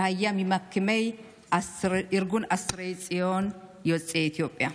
שהיה ממקימי ארגון אסירי ציון יוצאי אתיופיה.